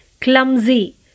clumsy